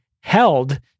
held